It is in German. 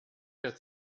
der